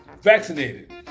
vaccinated